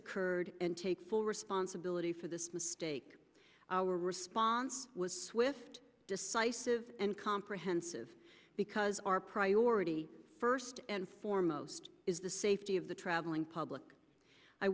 occurred and take full responsibility for this mistake our response was swift decisive and comprehensive because our priority first and foremost is the safety the traveling public i